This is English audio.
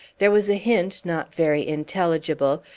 there was a hint, not very intelligible,